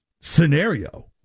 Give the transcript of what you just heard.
scenario